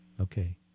Okay